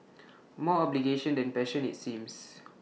more obligation than passion IT seems